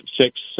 six